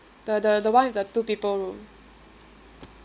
the the the one with the two people room